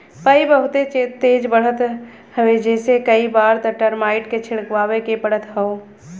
पई बहुते तेज बढ़त हवे जेसे कई बार त टर्माइट के छिड़कवावे के पड़त हौ